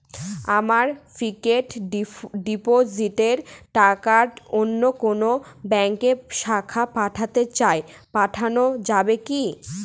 আমার ফিক্সট ডিপোজিটের টাকাটা অন্য কোন ব্যঙ্কের শাখায় পাঠাতে চাই পাঠানো যাবে কি?